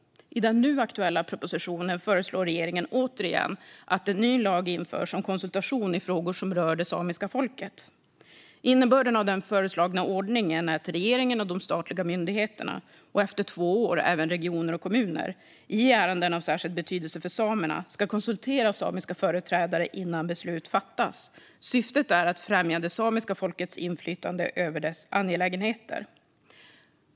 I den nu aktuella propositionen föreslår regeringen återigen att en ny lag införs om konsultation i frågor som rör det samiska folket. Innebörden av den föreslagna ordningen är att regeringen och de statliga myndigheterna - och efter två år även regioner och kommuner - i ärenden av särskild betydelse för samerna ska konsultera samiska företrädare innan beslut fattas. Syftet är att främja det samiska folkets inflytande över dess angelägenheter.